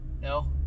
No